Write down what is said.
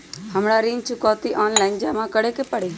हमरा ऋण चुकौती ऑनलाइन जमा करे के परी?